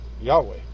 Yahweh